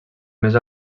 més